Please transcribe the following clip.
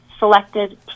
Selected